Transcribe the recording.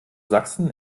sachsen